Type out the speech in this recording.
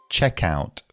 Checkout